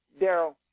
Daryl